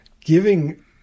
giving